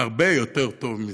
הרבה יותר טוב מזה,